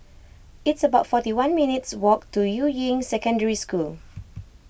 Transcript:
it's about forty one minutes walk to Yuying Secondary School